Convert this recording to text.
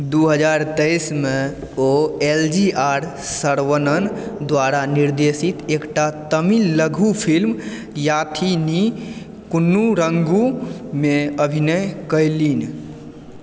दू हजार तेइसमे O L G R Saravanan द्वारा निर्देशित एकटा तमिल लघु फिलिम याथीनी कन्नूरङ्गुमे अभिनय कएलनि